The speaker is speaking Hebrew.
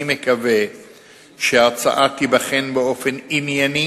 אני מקווה שההצעה תיבחן באופן ענייני